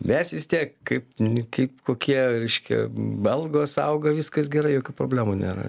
mes vis tiek kaip n kaip kokie reiškia algos auga viskas gerai jokių problemų nėra